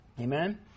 amen